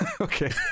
okay